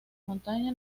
montaña